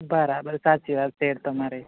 બરાબર સાચી વાત શેઠ તમારી